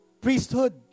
priesthood